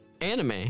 anime